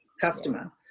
customer